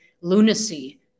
lunacy